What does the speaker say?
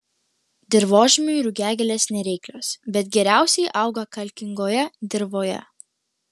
dirvožemiui rugiagėlės nereiklios bet geriausiai auga kalkingoje dirvoje